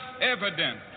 evident